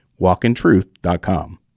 walkintruth.com